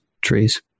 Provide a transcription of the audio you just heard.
trees